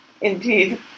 Indeed